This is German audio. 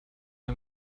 der